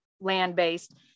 land-based